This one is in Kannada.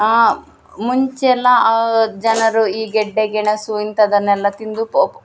ಮುಂಚೆ ಎಲ್ಲ ಜನರು ಈ ಗೆಡ್ಡೆ ಗೆಣಸು ಇಂಥದ್ದನ್ನೆಲ್ಲ ತಿಂದು ಪೊ